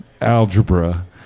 algebra